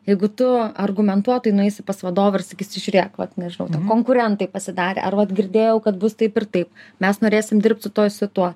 jeigu tu argumentuotai nueisi pas vadovą ir sakysi žiūrėk vat nežinau konkurentai pasidarė ar vat girdėjau kad bus taip ir taip mes norėsim dirbt su tuo i su tuo